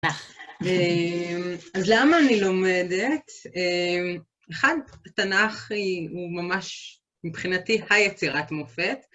אז למה אני לומדת? אחד, תנ״ך היא ממש מבחינתי היצירת מופת.